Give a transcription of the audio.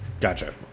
Gotcha